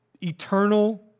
eternal